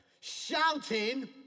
shouting